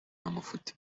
amafuti